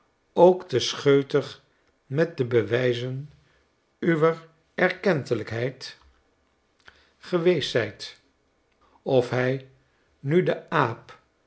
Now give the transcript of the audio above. altemet ookte scheutig met de bewijzen uwer erkentelijkheid geweest zijt of hi nu de aap